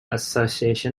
association